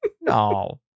no